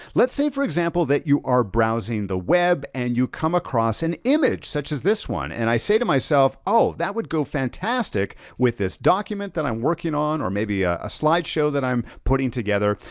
let's say for example that you are browsing the web and you come across an image, such as this one, and i say to myself, oh, that would go fantastic with this document that i'm working on or maybe a slide show that i'm putting together,